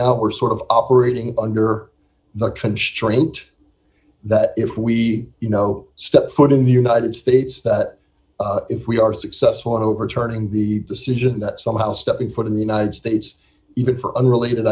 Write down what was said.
now we're sort of operating under the constraint that if we you know step foot in the united states that if we are successful in overturning the decision that somehow stepping foot in the united states even for unrelated